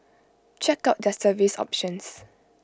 check out their service options